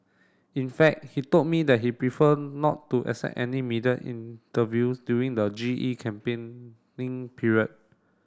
in fact he told me that he prefer not to accept any media interview during the G E campaigning period